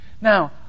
Now